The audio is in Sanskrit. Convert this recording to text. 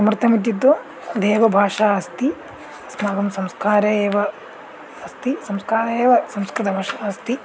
किमर्थम् इत्युक्तः देवभाषा अस्ति अस्माकं संस्कारे एव अस्ति संस्कारे एव संस्कृतभाषा अस्ति